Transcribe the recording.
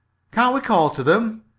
can't we call to them?